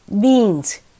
beans